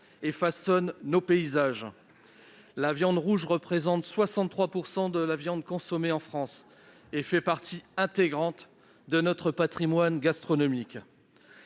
et façonnent nos paysages. La viande rouge représente 63 % de la viande consommée en France et fait partie intégrante de notre patrimoine gastronomique.